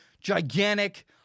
gigantic